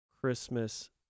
Christmas